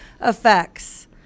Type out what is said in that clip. effects